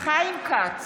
חיים כץ,